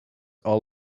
all